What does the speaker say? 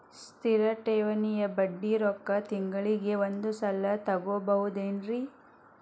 ಸ್ಥಿರ ಠೇವಣಿಯ ಬಡ್ಡಿ ರೊಕ್ಕ ತಿಂಗಳಿಗೆ ಒಂದು ಸಲ ತಗೊಬಹುದೆನ್ರಿ?